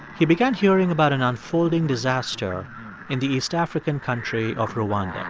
he began hearing about an unfolding disaster in the east african country of rwanda.